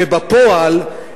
ובפועל,